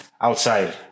Outside